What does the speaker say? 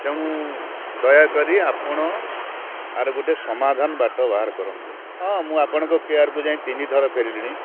ତେଣୁ ଦୟାକରି ଆପଣ ଆର୍ ଗୋଟେ ସମାଧାନ ବାଟ ବାହାର କରନ୍ତୁ ହଁ ମୁଁ ଆପଣଙ୍କ କେୟାର୍କୁ ଯାଇକି ତିନି ଥର ଫେରିଲିଣି